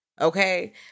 okay